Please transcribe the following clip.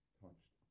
touched